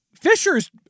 Fisher's